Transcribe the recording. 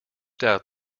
doubt